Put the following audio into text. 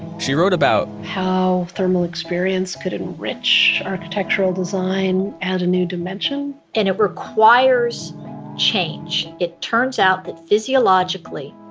she wrote about, how thermal experience could it enrich architectural design, add a new dimension, and it requires change. it turns out that physiologically,